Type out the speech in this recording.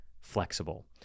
flexible